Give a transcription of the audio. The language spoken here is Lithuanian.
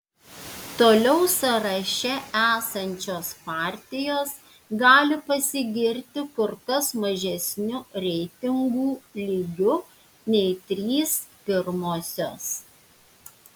toliau sąraše esančios partijos gali pasigirti kur kas mažesniu reitingų lygiu nei trys pirmosios